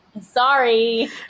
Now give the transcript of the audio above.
sorry